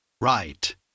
Right